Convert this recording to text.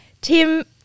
Tim